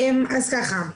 אז ככה,